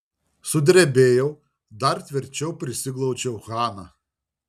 sudrebėjau dar tvirčiau prisiglaudžiau haną